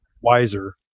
wiser